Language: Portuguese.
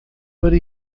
para